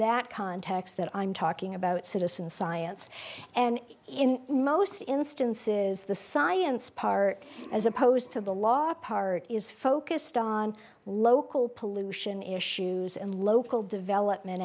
that context that i'm talking about citizen science and in most instances the science part as opposed to the law part is focused on local pollution issues and local development